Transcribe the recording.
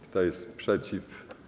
Kto jest przeciw?